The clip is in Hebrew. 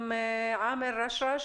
עמאר רשרש,